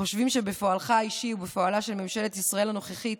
חושבים שבפועלך האישי ובפועלה של ממשלת ישראל הנוכחית